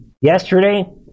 yesterday